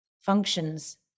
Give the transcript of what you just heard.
functions